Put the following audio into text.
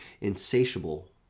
insatiable